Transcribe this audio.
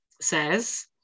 says